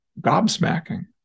gobsmacking